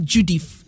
Judith